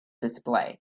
display